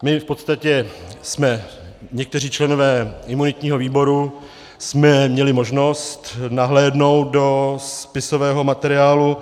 My v podstatě jsme, někteří členové imunitního výboru, měli možnost nahlédnout do spisového materiálu.